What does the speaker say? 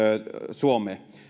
suomeen